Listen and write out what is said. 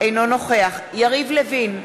אינו נוכח יריב לוין,